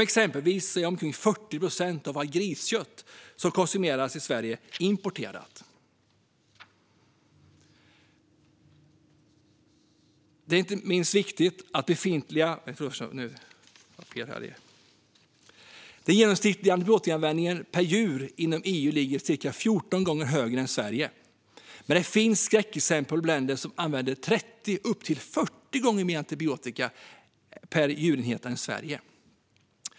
Exempelvis är omkring 40 procent av allt griskött som konsumeras i Sverige importerat. Den genomsnittliga antibiotikaanvändningen per djur inom EU är ca 14 gånger högre än i Sverige. Men det finns skräckexempel på länder som använder 30 och upp till 40 gånger mer antibiotika per djurenhet än Sverige.